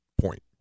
point